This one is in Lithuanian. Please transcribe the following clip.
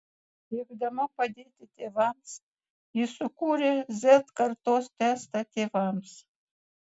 siekdama padėti tėvams ji sukūrė z kartos testą tėvams